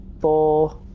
four